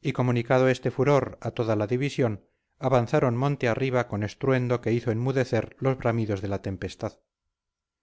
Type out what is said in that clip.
y comunicado este furor a toda la división avanzaron monte arriba con estruendo que hizo enmudecer los bramidos de la tempestad